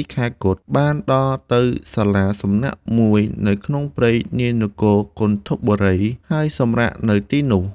៧ខែគត់ បានដល់ទៅសាលាសំណាក់មួយនៅក្នុងព្រៃនា នគរគន្ធពបុរី ហើយសម្រាកនៅទីនោះ ។